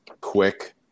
quick